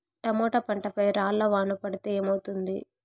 Tomato పంట పై రాళ్లు వాన పడితే ఏమవుతుంది?